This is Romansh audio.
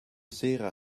sera